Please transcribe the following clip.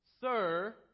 Sir